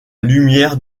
lumière